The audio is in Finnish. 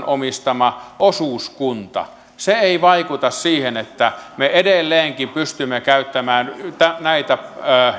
omistama osuuskunta ei vaikuta siihen että me edelleenkin pystymme käyttämään näitä